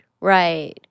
right